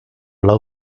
lau